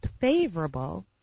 favorable